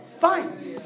Fine